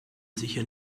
sicher